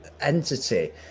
entity